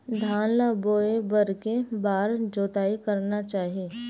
धान ल बोए बर के बार जोताई करना चाही?